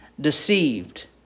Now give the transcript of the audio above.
deceived